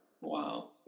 Wow